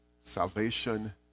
salvation